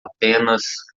apenas